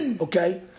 okay